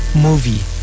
movie